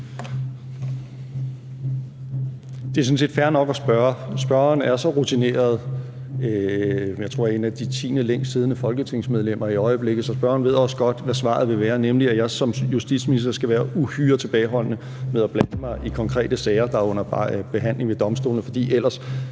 Det er sådan set fair nok at spørge. Spørgeren er så rutineret – jeg tror, at han er en af de tiende længst siddende folketingsmedlemmer i øjeblikket – at han også godt ved, hvad svaret vil være, nemlig at jeg som justitsminister skal være uhyre tilbageholdende med at blande mig i konkrete sager, der er under behandling ved domstolene, for ellers